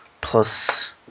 plus